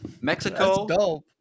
Mexico